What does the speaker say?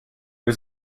was